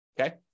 okay